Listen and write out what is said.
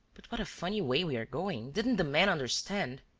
but what a funny way we are going! didn't the man understand?